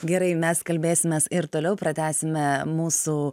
gerai mes kalbėsimės ir toliau pratęsime mūsų